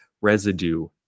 residue